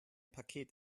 paket